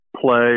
play